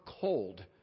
cold